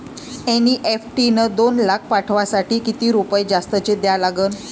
NEFT न दोन लाख पाठवासाठी किती रुपये जास्तचे द्या लागन?